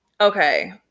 Okay